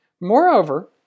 Moreover